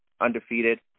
undefeated